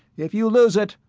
if you lose it,